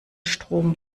strom